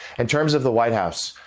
in terms of the white house,